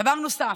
דבר נוסף,